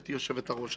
גברתי היושבת-ראש.